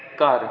ਘਰ